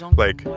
like,